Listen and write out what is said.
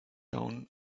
down